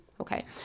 okay